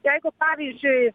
jeigu pavyzdžiui